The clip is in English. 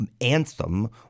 anthem